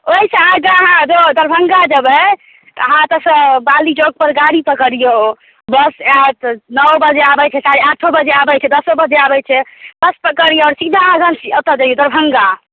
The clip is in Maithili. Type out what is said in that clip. ओहिसँ आगाँ अहाँ जँऽ दरभंगा जेबै तऽ अहाँ एतयसँ पाली चौकपर गाड़ी पकड़ियौ बस आयत नओ बजे आबै छै साढ़े आठो बजे आबै छै दसो बजे आबै छै बस पकड़ियौ सीधा ओतय जैयौ दरभंगा